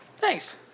thanks